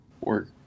work